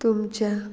तुमच्या